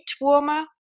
warmer